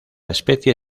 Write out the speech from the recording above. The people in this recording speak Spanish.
especie